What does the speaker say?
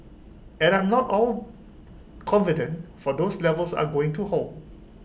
and I'm not all confident for those levels are going to hold